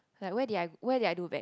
like where did I where did I do badly